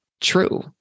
true